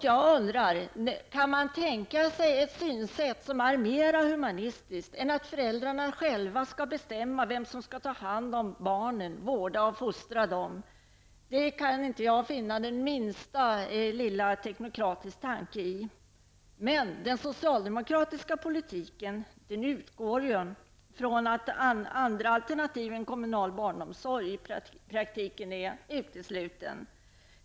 Jag undrar om man kan tänka sig ett synsätt som är mer humanistiskt än att föräldrarna själva skall bestämma vem som skall ta hand om barnen, vårda och fostra dem. Jag kan inte finna den minsta lilla teknokratiska tanke i detta. Den socialdemokratiska politiken utgår i praktiken ifrån att andra alternativ än kommunal barnomsorg är utesluten.